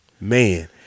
Man